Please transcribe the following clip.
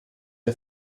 der